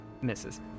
misses